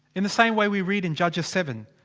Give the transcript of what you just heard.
in the same way, we read in judges seven.